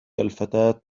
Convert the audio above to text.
الفتاة